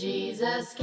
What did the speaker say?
Jesus